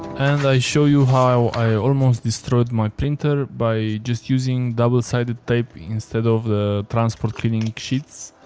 and i show you how i almost destroyed my printer by just using double sided tape instead of the transport cleaning sheets.